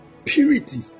purity